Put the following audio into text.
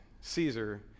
Caesar